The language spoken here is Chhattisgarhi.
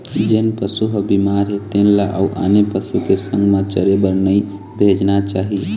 जेन पशु ह बिमार हे तेन ल अउ आने पशु के संग म चरे बर नइ भेजना चाही